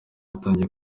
ritangiye